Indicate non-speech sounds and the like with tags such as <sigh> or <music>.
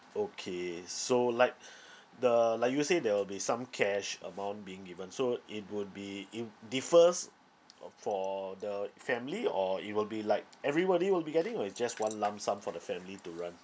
okay so like <breath> the like you said there will be some cash amount being given so it would be it wou~ differs <noise> for the family or it will be like everybody will be getting or it's just one lump sum for the family to run